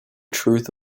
truth